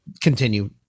continue